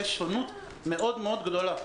יש שונות מאוד מאוד גדולה,